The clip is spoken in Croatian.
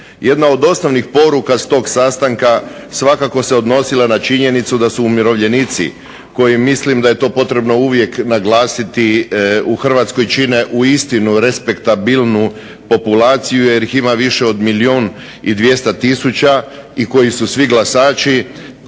Jedna od osnovnih poruka sa tog sastanka svakako se odnosila na činjenicu da su umirovljenici koji mislim da je to potrebno uvijek naglasiti u Hrvatskoj čine uistinu respektabilnu populaciju jer ih ima više od milijun i 200000 i koji su svi glasači.